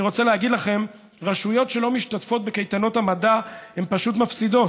אני רוצה להגיד לכם: רשויות שלא משתתפות בקייטנות המדע פשוט מפסידות,